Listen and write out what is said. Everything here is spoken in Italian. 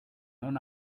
non